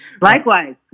Likewise